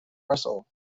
russell